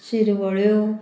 शिरवळ्यो